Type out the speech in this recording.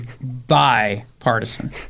bipartisan